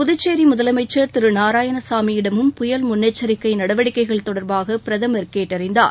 புதுக்சோி முதலமைச்சா் திரு நாராயணசாமியிடமும் புயல் முன்னெச்சிக்கை நடவடிக்கைகள் தொடா்பாக பிரதமர் கேட்டறிந்தார்